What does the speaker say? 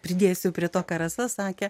pridėsiu prie to ką rasa sakė